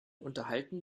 unterhalten